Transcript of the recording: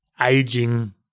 aging